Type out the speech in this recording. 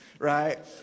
Right